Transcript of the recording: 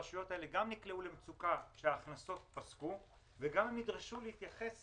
הרשויות האלה גם נקלעו למצוקה כי ההכנסות פסקו וגם נדרשו להתייחס